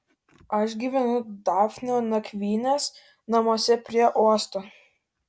aš gyvenu dafnio nakvynės namuose prie uosto